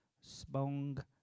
Spong